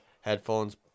headphones